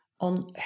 on